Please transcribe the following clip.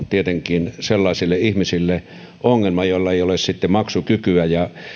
tietenkin sellaisille ihmisille ongelma joilla ei ole maksukykyä ja